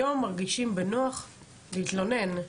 היום מרגישים בנוח להתלונן,